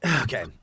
Okay